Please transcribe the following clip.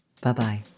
Bye-bye